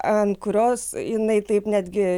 ant kurios jinai taip netgi